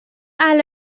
اهل